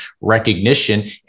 recognition